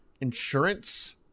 insurance